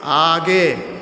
आगे